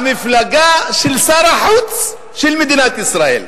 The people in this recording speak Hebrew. המפלגה של שר החוץ של מדינת ישראל,